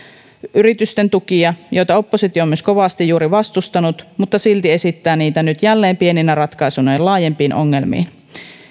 yritysten taloudellisia tukia joita oppositio on myös kovasti juuri vastustanut mutta silti se esittää niitä nyt jälleen pieninä ratkaisuina laajempiin ongelmiin